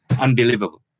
unbelievable